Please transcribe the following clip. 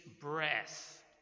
breath